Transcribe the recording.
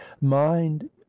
mind